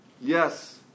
Yes